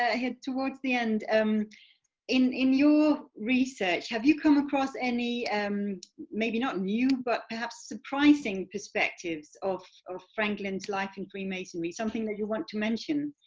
ah head towards the end, in in your research have you come across any and maybe not new, but perhaps surprising, perspectives of franklin's life and freemasonry? something that you want to mention?